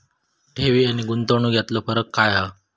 ठेव आनी गुंतवणूक यातलो फरक काय हा?